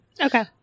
Okay